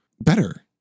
better